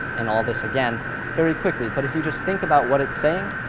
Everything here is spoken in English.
and all this again very quickly. but if you just think about what it's saying,